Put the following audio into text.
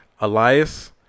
Elias